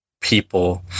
people